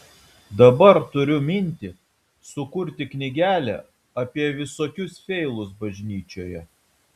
dabar turiu mintį sukurti knygelę apie visokius feilus bažnyčioje